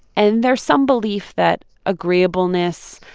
and there's some belief that agreeableness,